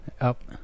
up